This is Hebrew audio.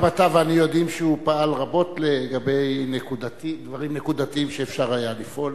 גם אתה ואני יודעים שהוא פעל רבות לגבי דברים נקודתיים שאפשר היה לפעול,